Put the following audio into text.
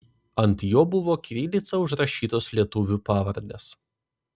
ant jo buvo kirilica užrašytos lietuvių pavardės